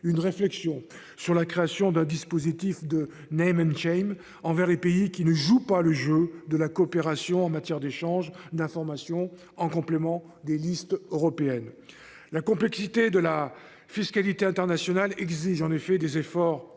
une réflexion sur la création d'un dispositif de n'même. Envers les pays qui ne jouent pas le jeu de la coopération en matière d'échange d'informations en complément des listes européennes. La complexité de la fiscalité internationale exige en effet des efforts concertés